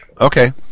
Okay